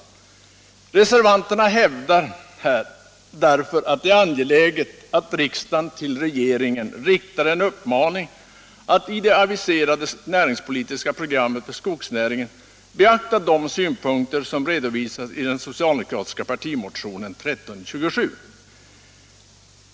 Reservanterna hävdar därför att det är angeläget att riksdagen till regeringen riktar en uppmaning att i det aviserade näringspolitiska programmet för skogsnäringen beakta de synpunkter som redovisas i den socialdemokratiska partimotionen 1327.